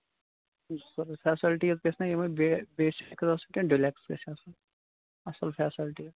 facilities گژھِنا basic آسٕنۍ کِنہٕ ڈِلیٚکس آسٕنۍ اَصٕل فیسَلٹیٖز